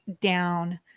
down